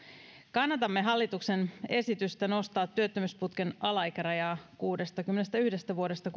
kannatamme hallituksen esitystä nostaa työttömyysputken alaikärajaa kuudestakymmenestäyhdestä vuodesta